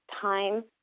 time